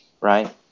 right